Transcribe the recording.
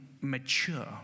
mature